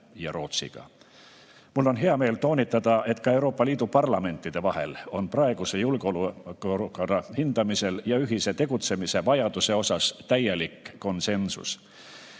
ja Rootsiga. Mul on hea meel toonitada, et ka Euroopa Liidu parlamentide vahel on praeguse julgeolekuolukorra hindamisel ja ühise tegutsemise vajaduse osas täielik konsensus.